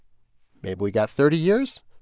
maybe we've got thirty years.